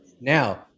Now